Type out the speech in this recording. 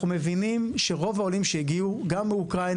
אנחנו מבינים שרוב העולים שהגיעו מאוקראינה